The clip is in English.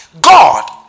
God